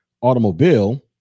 automobile